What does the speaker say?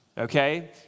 Okay